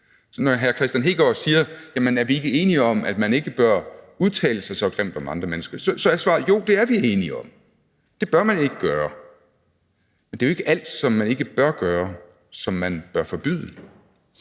spørger, om vi ikke er enige om, at man ikke bør udtale sig så grimt om andre mennesker, så er svaret, at jo, det er vi enige om, og det bør man ikke gøre. Men det er jo ikke alt, som man ikke bør gøre, som man bør forbyde.